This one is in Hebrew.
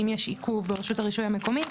האם יש עיכוב ברשות הרישוי המקומית,